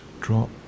drop